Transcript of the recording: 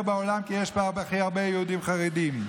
בעולם כי יש בה הכי הרבה יהודים חרדים.